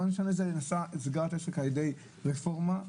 סגירת עסק על-ידי רפורמה.